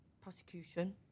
prosecution